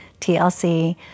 TLC